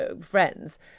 friends